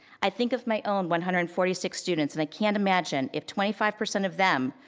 i think of my own one hundred and forty six students and i can't imagine if twenty five percent of them,